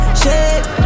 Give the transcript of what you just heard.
shake